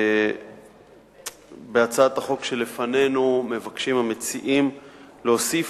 בהצעת החוק שלפנינו מבקשים המציעים להוסיף